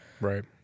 Right